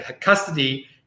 custody